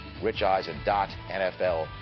RichEisen.NFL